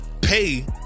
pay